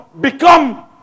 become